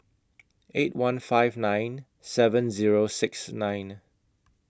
eight one five nine seven Zero six nine